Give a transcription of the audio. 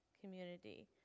community